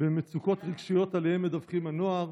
במצוקות הרגשיות שעליהן מדווח הנוער